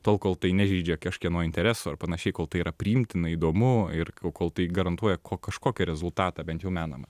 tol kol tai nežeidžia kažkieno interesų ar panašiai kol tai yra priimtina įdomu ir kol tai garantuoja ko kažkokį rezultatą bent jau menamą